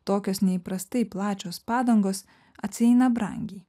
tokios neįprastai plačios padangos atsieina brangiai